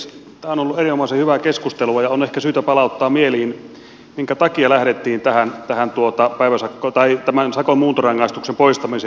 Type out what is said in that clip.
tämä on ollut erinomaisen hyvää keskustelua ja on ehkä syytä palauttaa mieliin minkä takia lähdettiin tähän vähän tuota päiväsakkoa tai tämän sakon muuntorangaistuksen poistamiseen